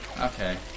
Okay